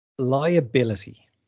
liability